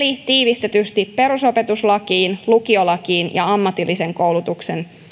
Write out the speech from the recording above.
eli tiivistetysti perusopetuslakiin lukiolakiin ja ammatillisen koulutuksen